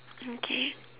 okay